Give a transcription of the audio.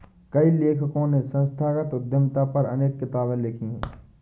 कई लेखकों ने संस्थागत उद्यमिता पर अनेक किताबे लिखी है